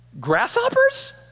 Grasshoppers